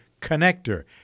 connector